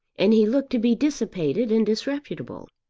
and he looked to be dissipated and disreputable.